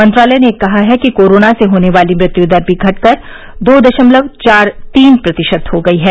मंत्रालय ने कहा है कि कोरोना से होने वाली मृत्यु दर भी घटकर दो दशमलव चार तीन प्रतिशत हो गई है